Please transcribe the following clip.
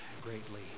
greatly